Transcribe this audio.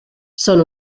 són